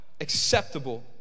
acceptable